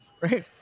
Right